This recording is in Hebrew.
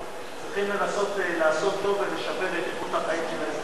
צריכים לנסות לעשות טוב ולשפר את איכות החיים של האזרחים.